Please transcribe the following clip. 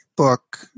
Book